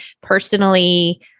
personally